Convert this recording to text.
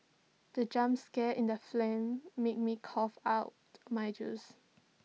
the jump scare in the fling made me cough out my juice